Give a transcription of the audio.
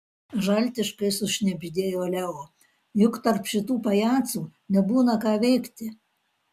žaltiškai sušnibždėjo leo juk tarp šitų pajacų nebūna ką veikti